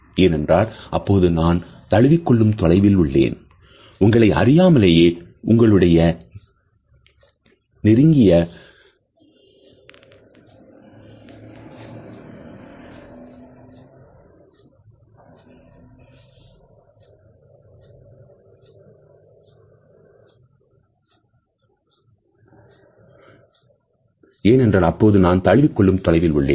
ஏனென்றால் அப்போது நான் தழுவிக்கொள்ளும் தொலைவில் உள்ளேன்